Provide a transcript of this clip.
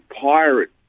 pirate